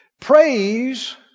Praise